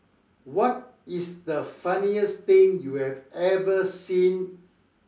what is the funniest thing you have ever seen